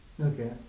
Okay